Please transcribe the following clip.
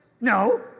No